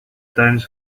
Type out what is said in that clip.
times